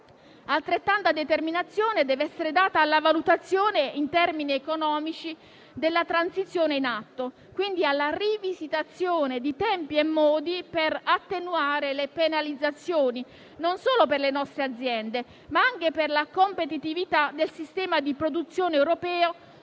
Altrettanta determinazione deve essere applicata alla valutazione in termini economici della transizione in atto, quindi alla rivisitazione di tempi e modi per attenuare le penalizzazioni non solo per le nostre aziende, ma anche per la competitività del sistema di produzione europeo